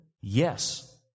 Yes